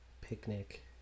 Picnic